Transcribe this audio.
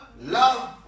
love